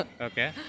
Okay